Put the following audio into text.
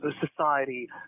society